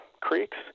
creeks